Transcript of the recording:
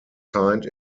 signed